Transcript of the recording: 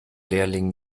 lehrling